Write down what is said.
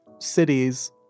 Cities